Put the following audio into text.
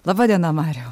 laba diena mariau